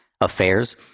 affairs